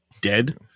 dead